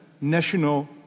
national